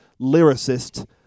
lyricist